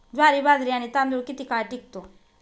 ज्वारी, बाजरी आणि तांदूळ किती काळ टिकतो?